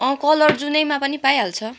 colour जुनैमा पनि पाइहाल्छ